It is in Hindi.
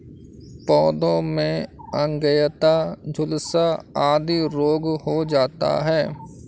पौधों में अंगैयता, झुलसा आदि रोग हो जाता है